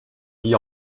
dit